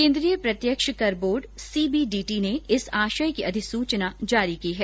केन्द्रीय प्रत्यक्ष कर board C B D T ने इस आशय की अधिसूचना जारी की है